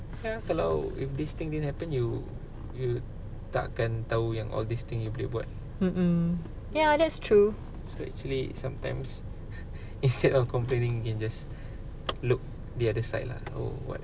ya kalau if this thing didn't happen you you'd takkan tahu yang all this thing you boleh buat so actually sometimes instead of complaining you can just look the other side lah or what